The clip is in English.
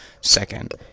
second